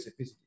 specificity